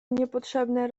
niepotrzebne